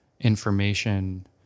information